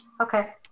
okay